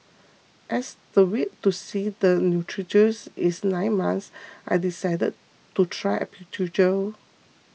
as the wait to see the neurologist is nine months I decided to try acupuncture